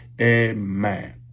Amen